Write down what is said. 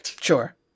Sure